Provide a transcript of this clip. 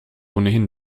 ohnehin